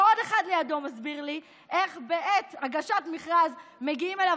ועוד אחד לידו מסביר לי איך בעת הגשת מכרז מגיעים אליו